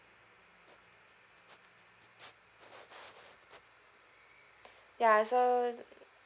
ya so